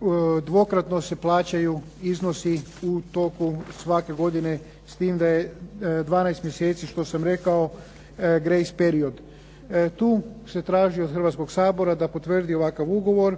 da dvokratno se plaćaju iznosi u toku svake godine s time da je 12 mjeseci što sam rekao grace period. Tu se traži od Hrvatskoga sabora da potvrdi ovakav ugovor